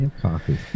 coffee